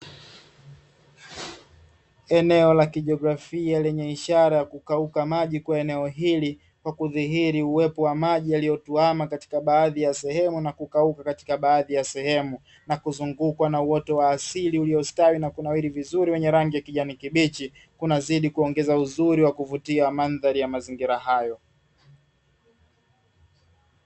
Eneo la kijiogorafia lenye ishara ya kauka maji kwa eneo hili kwa kudhili uwepo wa maji yanayo tuwama katika baadhi ya sehemu na kukauka katika baadhi ya sehemu na kuzungukwa na uoto wa asili ilio stawi vizuri na wenye rangi ya kijani kibichi unazidi kuongeza uzuri wa kuvutia mandhari ya mazingira hayo.